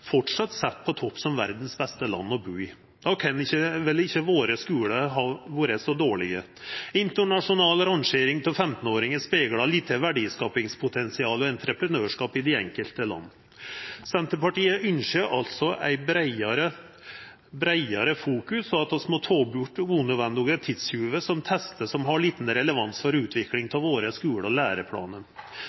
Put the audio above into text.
sett på topp av verdas beste land å bu i. Då kan vel ikkje skulane våre ha vore så dårlege. Ei internasjonal rangering av 15-åringar speglar lite verdiskapingspotensial, entreprenørskap, i dei enkelte landa. Senterpartiet ynskjer altså ei større merksemd på at vi må ta bort unødvendige tidstjuvar, som testar som har liten relevans for utviklinga av skulane og læreplanane våre.